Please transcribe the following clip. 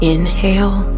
Inhale